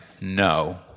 No